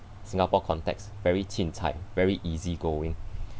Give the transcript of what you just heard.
singapore context very cin cai very easy going